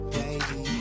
baby